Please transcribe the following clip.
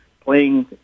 playing